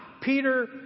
Peter